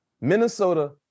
Minnesota